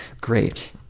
great